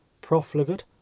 profligate